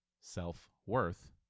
self-worth